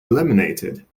eliminated